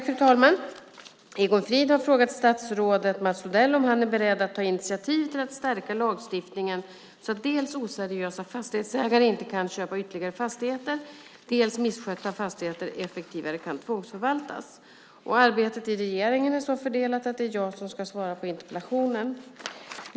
Fru talman! Egon Frid har frågat statsrådet Mats Odell om han är beredd att ta initiativ till att stärka lagstiftningen så att dels oseriösa fastighetsägare inte kan köpa ytterligare fastigheter, dels misskötta fastigheter effektivare kan tvångsförvaltas. Arbetet inom regeringen är så fördelat att det är jag som ska svara på interpellationen.